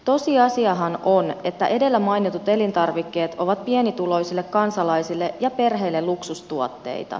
tosiasiahan on että edellä mainitut elintarvikkeet ovat pienituloisille kansalaisille ja perheille luksustuotteita